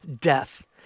death